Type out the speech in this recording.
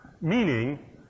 meaning